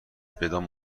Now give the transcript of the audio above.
بدان